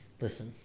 listen